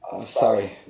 sorry